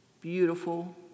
beautiful